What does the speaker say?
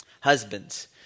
Husbands